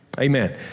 Amen